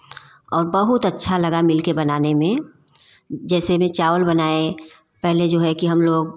और बहुत अच्छा लगा मिल कर बनाने में जैसे में चावल बनाएँ पहले जो है कि हम लोग